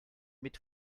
mit